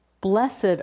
blessed